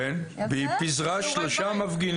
קשור --- זה לא קשור לעולם התיעוד המבצעי